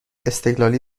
استقلالی